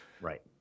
Right